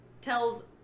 tells